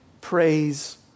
praise